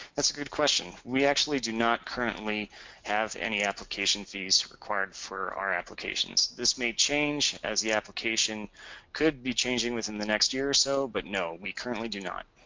that's a good question. we actually do not currently have any application fees required for our applications. this may change as application could be changing within the next year or so but no we currently do not.